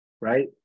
right